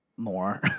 More